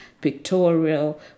pictorial